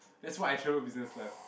that's why I travel business class